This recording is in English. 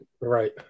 right